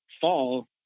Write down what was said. fall